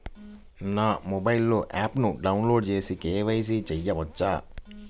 నా మొబైల్లో ఆప్ను డౌన్లోడ్ చేసి కే.వై.సి చేయచ్చా?